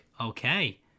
Okay